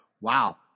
Wow